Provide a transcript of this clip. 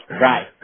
right